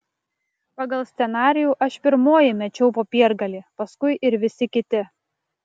pagal scenarijų aš pirmoji mečiau popiergalį paskui ir visi kiti